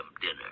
dinner